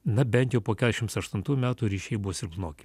na bent jau po keturiasdešims aštuntų metų ryšiai buvo silpnoki